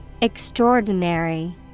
Extraordinary